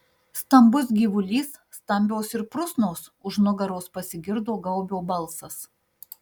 stambus gyvulys stambios ir prusnos už nugaros pasigirdo gaubio balsas